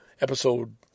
episode